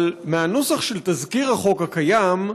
אבל מהנוסח של תזכיר החוק הקיים,